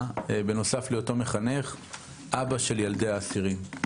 בנוסף להיותו מחנך הוא היה אבא של ילדי האסירים.